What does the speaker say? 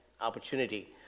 opportunity